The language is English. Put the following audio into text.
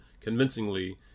convincingly